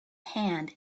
hand